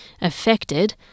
affected